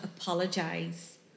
apologise